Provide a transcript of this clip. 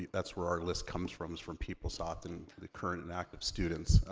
that's where our list comes from, is from peoplesoft, and the current and active students.